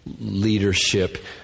leadership